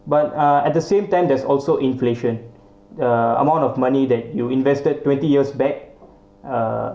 but uh at the same time there's also inflation uh amount of money that you invested twenty years back uh